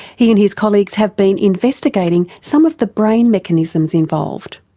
he and his colleagues have been investigating some of the brain mechanisms involved.